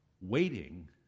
waiting